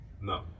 No